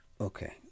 Okay